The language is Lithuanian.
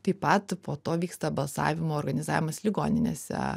taip pat po to vyksta balsavimo organizavimas ligoninėse